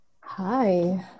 Hi